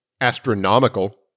astronomical